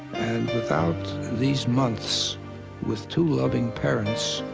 and without these months with two loving parents,